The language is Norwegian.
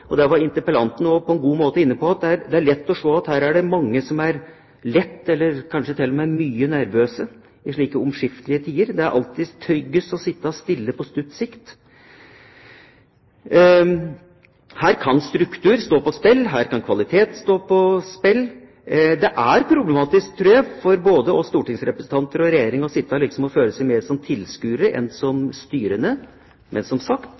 og det var også interpellanten på en god måte inne på – at det er lett å se at det er mange som er lett, eller kanskje til og med mye nervøse i slike omskiftelige tider. Det er alltid tryggest å sitte stille på kort sikt. Her kan struktur stå på spill – her kan kvalitet stå på spill. Det er problematisk, tror jeg, for både oss stortingsrepresentanter og regjering, å sitte og føle seg mer som tilskuere enn som styrende. Men som sagt: